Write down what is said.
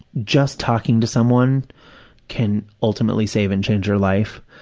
just talking to someone can ultimately save and change your life.